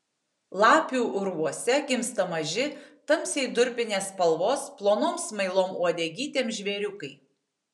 lapių urvuose gimsta maži tamsiai durpinės spalvos plonom smailom uodegytėm žvėriukai